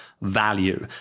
value